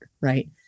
right